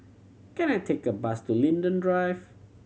can I take a bus to Linden Drive